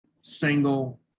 single